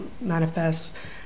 manifests